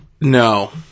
no